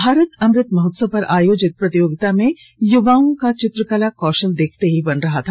भारत अमृत महोत्सव पर आयोजित पेंटिंग प्रतियोगिता मे युवाओं का चित्रकला कौशल देखते ही बन रहा था